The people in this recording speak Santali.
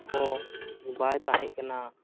ᱦᱚᱸ ᱵᱟᱭ ᱛᱟᱦᱮᱸᱠᱟᱱᱟ